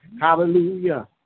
Hallelujah